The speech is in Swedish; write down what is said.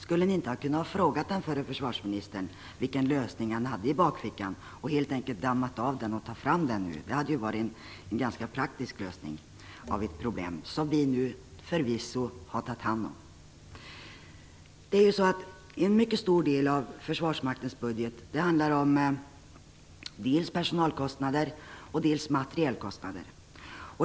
Skulle ni inte ha kunnat fråga den förre försvarsministern vilken lösning han hade i bakfickan och helt enkelt tagit fram och dammat av denna lösning? Det hade varit en ganska praktisk lösning på ett problem som vi nu förvisso har tagit hand om. En mycket stor del av Försvarsmaktens budget går till personalkostnader och materielkostnader.